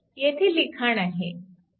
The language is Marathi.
येथे लिखाण आहे